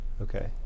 Okay